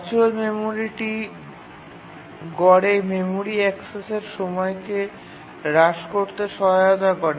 virtual মেমরিটি গড়ে memory অ্যাক্সেসের সময়কে হ্রাস করতে সহায়তা করে